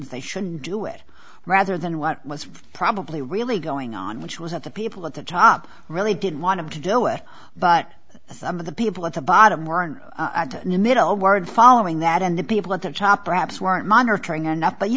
that they shouldn't do it rather than what was probably really going on which was that the people at the top really didn't want to do it but some of the people at the bottom were in the middle word following that and the people at the top perhaps weren't monitoring enough but you